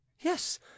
Yes